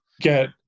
get